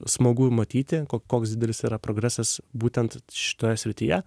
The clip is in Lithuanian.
smagu matyti koks didelis yra progresas būtent šitoje srityje